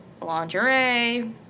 lingerie